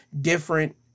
different